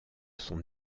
son